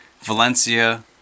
Valencia